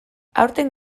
aurten